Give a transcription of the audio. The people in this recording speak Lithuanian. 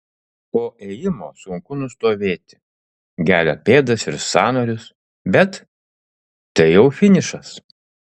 po ėjimo sunku nustovėti gelia pėdas ir sąnarius bet tai jau finišas